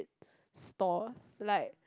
store like